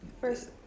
First